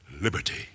liberty